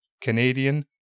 Canadian